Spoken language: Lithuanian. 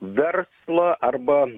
verslą arba